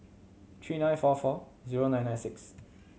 three nine four four zero nine nine six